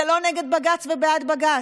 זה לא נגד בג"ץ ובעד בג"ץ.